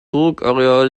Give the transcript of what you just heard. burgareal